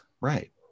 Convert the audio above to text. Right